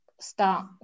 start